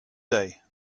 day